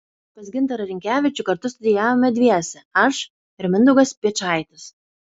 pas gintarą rinkevičių kartu studijavome dviese aš ir mindaugas piečaitis